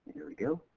here we go,